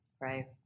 Right